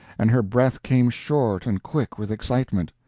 and her breath came short and quick with excitement.